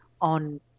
on